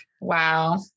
Wow